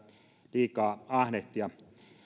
liikaa ahnehtia